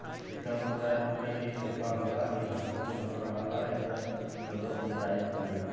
सिक्का मुद्रा क एक रूप होला इ धातु क बनल रहला एकर प्रयोग खरीदारी में करल जाला